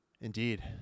Indeed